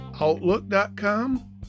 outlook.com